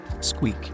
squeak